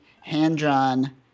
hand-drawn